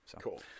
Cool